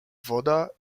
woda